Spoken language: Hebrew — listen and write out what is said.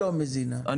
כן.